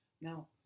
Now